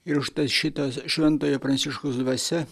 ir užtat šitas šventojo pranciškaus dvasia